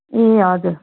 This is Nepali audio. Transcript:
ए हजुर